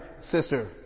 sister